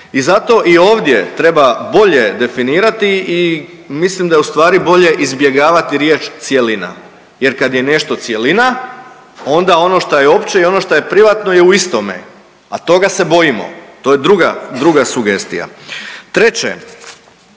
i zato i ovdje treba bolje definirati i mislim da je ustvari bolje izbjegavati riječ cjelina jer kad je nešto cjelina onda ono šta je opće i ono šta je privatno je u istome, a toga se bojimo. To je druga, druga sugestije. Treće,